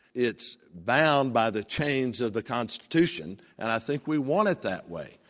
it's bound by the chains of the constitution, and i think we want it that way.